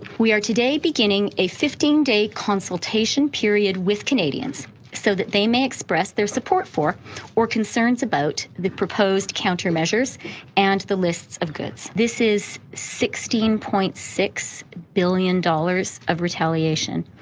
we are today beginning a fifteen day consultation period with canadians so that they may express their support for or concerns about the proposed countermeasures and the lists of goods. this is sixteen point six billion dollars of retaliation.